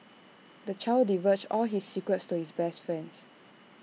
the child divulged all his secrets to his best friends